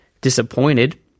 disappointed